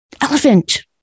Elephant